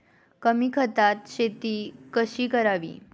कमी खतात शेती कशी करावी?